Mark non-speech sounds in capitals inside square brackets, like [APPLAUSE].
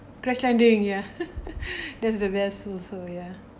crash landing ya [LAUGHS] that's the best also ya